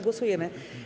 Głosujemy.